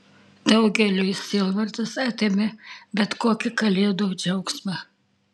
daugeliui sielvartas atėmė bet kokį kalėdų džiaugsmą